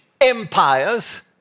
empires